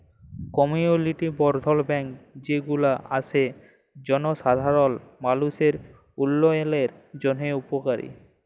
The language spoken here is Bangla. কমিউলিটি বর্ধল ব্যাঙ্ক যে গুলা আসে জলসাধারল মালুষের উল্যয়নের জন্হে উপকারী